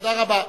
תודה רבה.